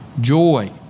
joy